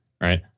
Right